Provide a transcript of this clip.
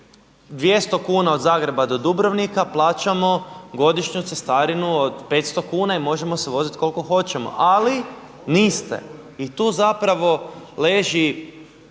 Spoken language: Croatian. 200 kuna od Zagreba do Dubrovnika plaćamo godišnju cestarinu od 500 kuna i možemo se voziti koliko hoćemo ali niste. I tu zapravo leži